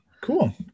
cool